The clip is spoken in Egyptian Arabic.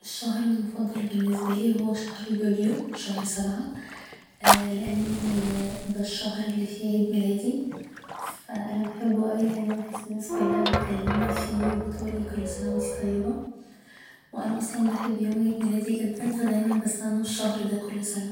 الشهر المفضل بالنسبالي هو شهر يوليو شهر سبعة لان ده الشهر اللي فيه عيد ميلادي ف أنا بحبه اوي لان بحس كل الناس كلها بتكلمني فيه و بتقولي كل سنة و انتي طيبة و أنا أصلا بحب يوم عيد ميلادي جدا ف دايما بستنى الشهر ده كل سنة